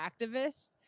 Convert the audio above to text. activist